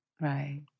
Right